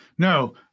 No